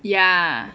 ya